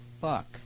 book